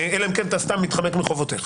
אלא אם כן אתה סתם מתחמק מחובותיך.